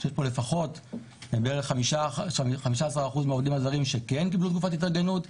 שיש לפחות 15 אחוזים מהעובדים הזרים כן קיבלו תקופת התארגנות.